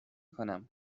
کنم